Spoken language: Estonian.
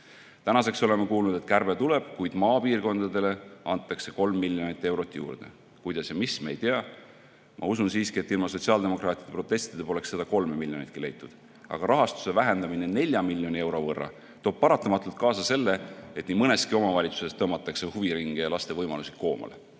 Tänaseks oleme kuulnud, et kärbe tuleb, kuid maapiirkondadele antakse 3 miljonit eurot juurde. Kuidas ja mis, me ei tea. Ma usun siiski, et ilma sotsiaaldemokraatide protestita poleks 3 miljonitki leitud, aga rahastuse vähendamine 4 miljoni euro võrra toob paratamatult kaasa selle, et nii mõneski omavalitsuses tõmmatakse huviringe ja laste võimalusi koomale.